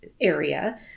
area